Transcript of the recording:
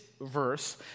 verse